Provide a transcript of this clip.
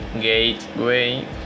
Gateway